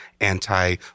anti